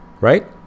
Right